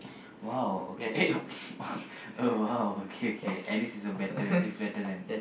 !wow! okay oh !wow! K K at least is a better is better than